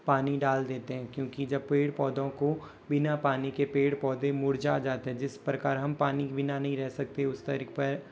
पानी डाल देते है क्योंकि जब पेड़ पौधो को बिना पानी के पेड़ पौधे मुरझा जाते है जिस प्रकार हम पानी बिना नहीं रह सकते उस तरीके